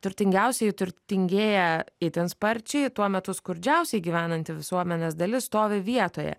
turtingiausieji turtingieja itin sparčiai tuo metu skurdžiausiai gyvenanti visuomenės dalis stovi vietoje